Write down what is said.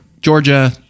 Georgia